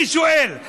אני שואל: